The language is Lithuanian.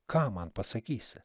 ką man pasakysi